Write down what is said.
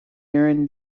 urine